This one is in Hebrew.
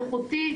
איכותי,